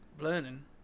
learning